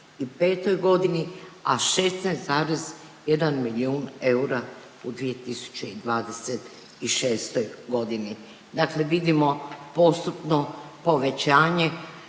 u 2025. godini, a 16,1 milijun eura u 2026. godini. Dakle, vidimo postupno povećanje